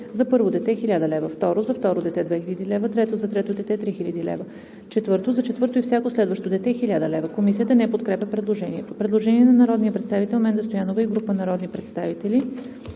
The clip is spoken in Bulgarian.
за първо дете – 1000 лв.; 2.за второ дете – 2000 лв.; 3. за трето дете – 3000 лв.; 4. за четвърто и всяко следващо дете – 1000 лв.;“ Комисията не подкрепя предложението. Предложение на народния представител Менда Стоянова и група народни представители.